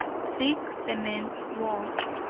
thick, cement walls,